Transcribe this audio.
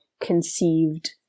conceived